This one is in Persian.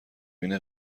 بین